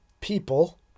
people